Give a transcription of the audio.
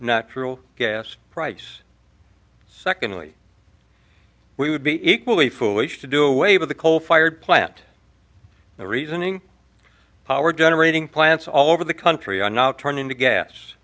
natural gas price secondly we would be equally foolish to do away with the coal fired plant the reasoning power generating plants all over the country are now turning to gas